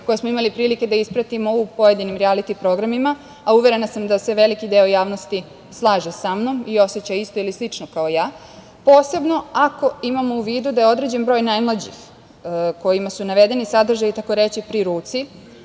koje smo imali prilike da ispratimo u pojedinim rijaliti programima, a uverena sam da se veliki deo javnosti slaže sa mnom i oseća isto ili slično kao ja, posebno ako imamo u vidu da je određen broj najmlađih kojima su navedeni sadržaji, takoreći pri ruci,